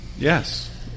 Yes